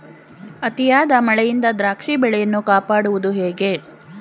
ಅತಿಯಾದ ಮಳೆಯಿಂದ ದ್ರಾಕ್ಷಿ ಬೆಳೆಯನ್ನು ಕಾಪಾಡುವುದು ಹೇಗೆ?